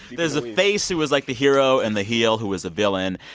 there's the face, who is, like, the hero, and the heel, who is a villain.